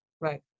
Right